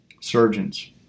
surgeons